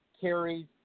carries